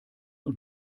und